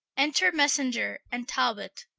enter messenger and talbot.